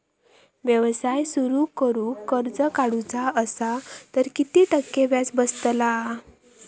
व्यवसाय सुरु करूक कर्ज काढूचा असा तर किती टक्के व्याज बसतला?